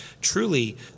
truly